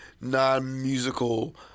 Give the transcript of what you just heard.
non-musical